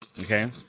Okay